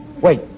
Wait